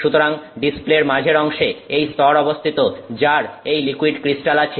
সুতরাং ডিসপ্লের মাঝের অংশে এই স্তর অবস্থিত যার এই লিকুইড ক্রিস্টাল আছে